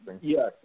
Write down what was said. yes